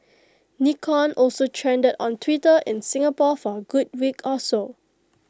Nikon also trended on Twitter in Singapore for A good week or so